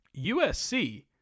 USC